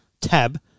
tab